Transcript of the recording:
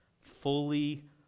fully